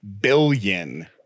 billion